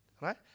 right